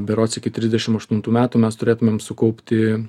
berods iki trisdešim aštuntų metų mes turėtumėm sukaupti